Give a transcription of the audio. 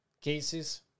cases